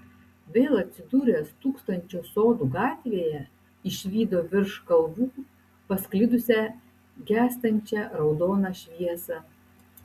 vėl atsidūręs tūkstančio sodų gatvėje išvydo virš kalvų pasklidusią gęstančią raudoną šviesą